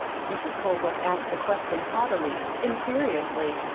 mrs. colebrook asked the question haughtily, imperiously.